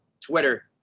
Twitter